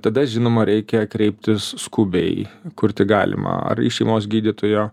tada žinoma reikia kreiptis skubiai kur tik galima ar į šeimos gydytojo